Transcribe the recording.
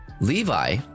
Levi